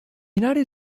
united